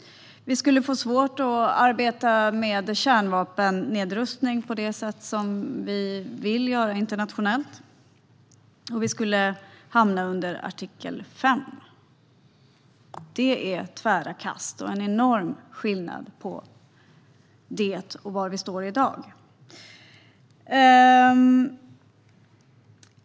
Vi skulle få svårt att arbeta med kärnvapennedrustning internationellt på det sätt vi vill, och vi skulle hamna under artikel 5. Det är tvära kast och en enorm skillnad i förhållande till var vi står i dag.